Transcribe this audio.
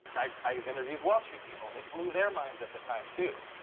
i've interviewed wall street people. it blew their minds at the time too.